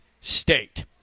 state